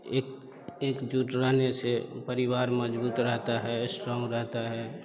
एक एक जुट रहने से परिवार मज़बूत रहता है इस्ट्रॉंग रहता है